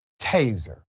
taser